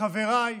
לחבריי: